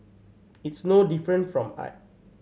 it's no different from art